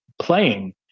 playing